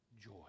joy